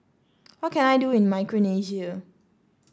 what can I do in Micronesia